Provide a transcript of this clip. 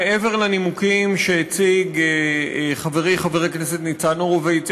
מעבר לנימוקים שהציג חברי חבר הכנסת ניצן הורוביץ,